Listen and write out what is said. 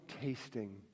tasting